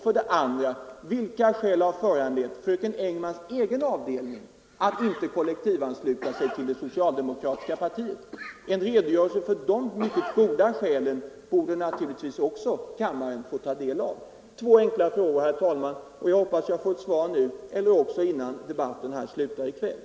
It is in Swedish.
För det andra: Vilka skäl har föranlett fröken Engmans egen avdelning att inte kollektivansluta sig till det socialdemokratiska partiet? Det är av intresse för kammaren att få ta del av svaren på dessa två enkla frågor, herr talman, och jag hoppas vi får svar nu eller också före debattens slut här i kväll.